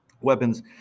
weapons